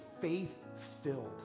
faith-filled